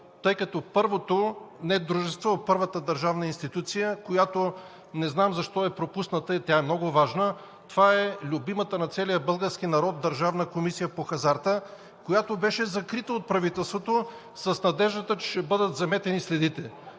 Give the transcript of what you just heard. тъй като първото – не дружество, а първата държавна институция, която не знам защо е пропусната и тя е много важна, това е любимата на целия български народ Държавна комисия по хазарта, която беше закрита от правителството с надеждата, че ще бъдат заметени следите.